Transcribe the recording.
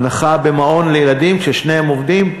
הנחה במעון לילדים כששניהם עובדים,